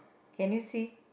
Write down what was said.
can you see